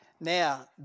now